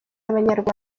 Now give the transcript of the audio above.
abanyarwanda